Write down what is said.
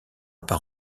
par